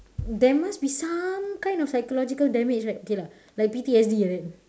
there must be some kind of psychological damage right okay lah like P_T_S_D like that